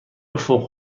فوق